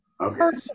Okay